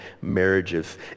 marriages